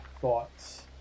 thoughts